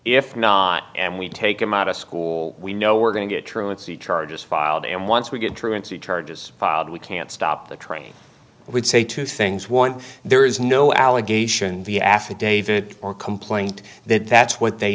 if not and we take him out of school we know we're going to get truancy charges filed and once we get truancy charges filed we can't stop the train would say two things one there is no allegation the affidavit or complaint that that's what they